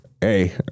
Hey